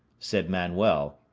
said manuel,